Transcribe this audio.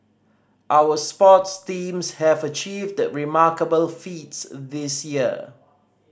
our sports teams have achieved remarkable feats this year